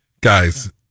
Guys